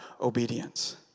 obedience